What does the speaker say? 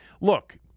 look